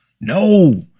No